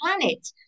planet